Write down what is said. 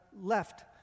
left